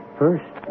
first